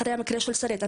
אחרי המקרה של שרית,